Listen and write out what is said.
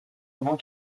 avant